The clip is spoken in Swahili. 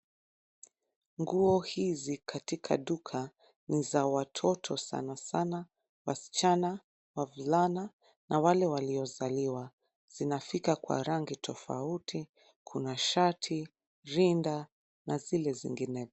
Nguo hizi katika duka, ni za watoto sana sana wasichana, wavulana na wale waliozaliwa. Zinafika kwa rangi tofauti ,Kuna shati, rinda, na zile zingine.